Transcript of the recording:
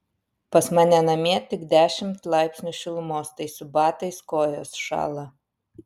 pas mane namie tik dešimt laipsnių šilumos tai su batais kojos šąla